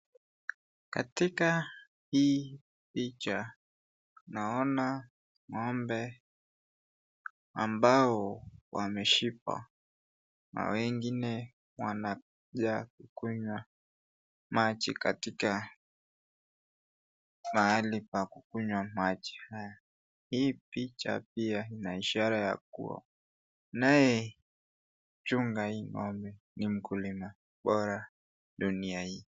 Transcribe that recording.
Katika hii picha naona ng'ombe ambao wameshiba na wengine wanaja kukunya maji katika mahali pa kukunya maji haya. Hii picha pia ina ishara ya kuwa anaye chunga hii ng'ombe ni mkulima bora dunia hii.